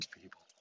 people